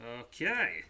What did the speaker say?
Okay